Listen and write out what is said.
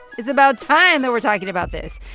it's about time that we're talking about this.